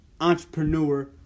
Entrepreneur